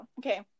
Okay